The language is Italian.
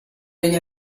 degli